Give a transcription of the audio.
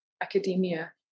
academia